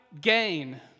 gain